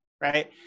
right